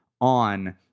on